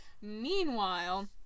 Meanwhile